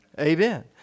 Amen